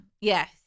Yes